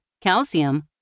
calcium